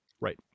right